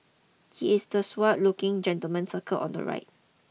he is the suave looking gentleman circled on the right